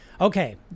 Okay